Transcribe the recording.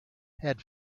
had